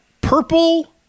Purple